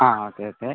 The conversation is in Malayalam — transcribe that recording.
ആ ഓക്കെ ഓക്കെ